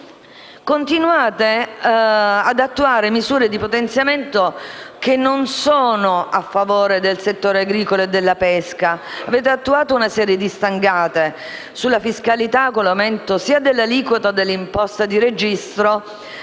Continuate ad attuare misure di potenziamento che non sono a favore del settore agricolo e della pesca. Avete attuato una serie di stangate sul fronte fiscale, con l'aumento dell'aliquota della imposta di registro